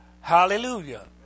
Hallelujah